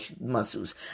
muscles